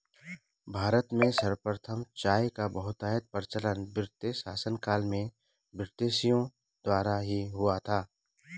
भारत में सर्वप्रथम चाय का बहुतायत प्रचलन ब्रिटिश शासनकाल में ब्रिटिशों द्वारा ही हुआ था